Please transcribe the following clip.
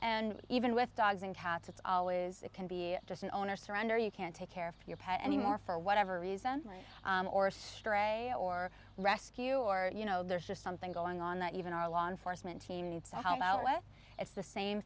and even with dogs and cats it's always it can be just an owner surrender you can't take care of your pet anymore for whatever reason right or stray or rescue or you know there's just something going on that even our law enforcement how about with it's the same